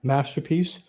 Masterpiece